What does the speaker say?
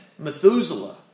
Methuselah